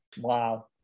Wow